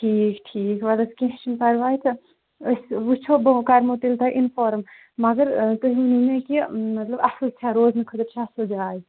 ٹھیٖک ٹھیٖک وَلہٕ حظ کیٚنٛہہ چھُنہٕ پَرواے تہٕ أسۍ وٕچھو بہٕ کَرمو تیٚلہِ تۄہہِ اِنفارم مگر تُہۍ ؤنِو مےٚ کہِ مطلب اَصٕل چھا روزنہٕ خٲطرٕ چھےٚ اَصٕل جاے